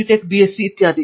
tech BSc ಇತ್ಯಾದಿ